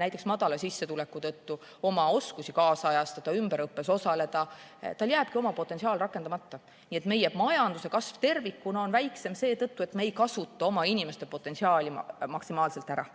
näiteks madala sissetuleku tõttu oma oskusi kaasajastada, ümberõppes osaleda, siis tal jääbki oma potentsiaal rakendamata. Nii et meie majanduse kasv tervikuna on väiksem seetõttu, et me ei kasuta oma inimeste potentsiaali maksimaalselt ära.